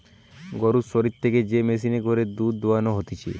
গরুর শরীর থেকে যে মেশিনে করে দুধ দোহানো হতিছে